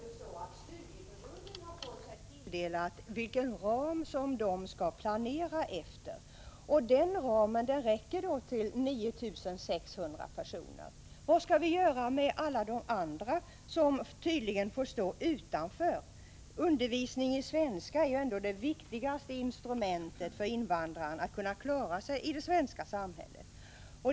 Herr talman! Alldeles uppenbart har studieförbunden fått sig tilldelade en ram som de skall planera efter. Den ramen räcker till 9 600 personer. Vad skall vi göra med alla de andra som tydligen får stå utanför undervisningen? Undervisning i svenska är ju det viktigaste instrumentet för att invandrarna skall kunna klara sig i det svenska samhället.